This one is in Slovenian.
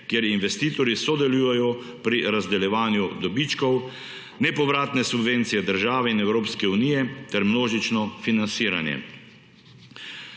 kjer investitorji sodelujejo pri razdeljevanju dobičkov, nepovratne subvencije države in Evropske unije ter množično financiranje.